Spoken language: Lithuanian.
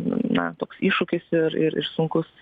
na toks iššūkis ir ir ir sunkus